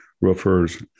roofers